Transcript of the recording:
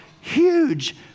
huge